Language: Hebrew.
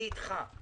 אני איתך.